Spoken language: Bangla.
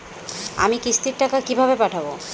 আমি কিস্তির টাকা কিভাবে পাঠাব?